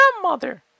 grandmother